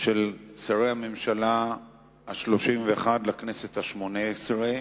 של שרי הממשלה השלושים-ואחת לכנסת השמונה-עשרה.